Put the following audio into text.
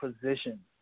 position